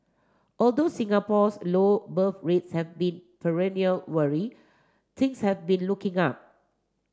although Singapore's low birth rates have been perennial worry things have been looking up